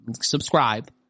subscribe